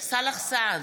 סאלח סעד,